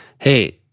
Hey